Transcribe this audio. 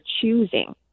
choosing